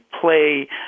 play